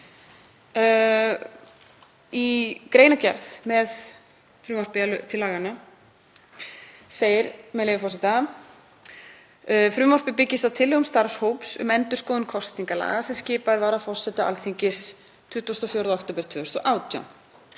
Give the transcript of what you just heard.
Í greinargerð með frumvarpi til laganna segir, með leyfi forseta: „Frumvarpið byggist á tillögum starfshóps um endurskoðun kosningalaga sem skipaður var af forseta Alþingis 24. október 2018.